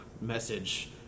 message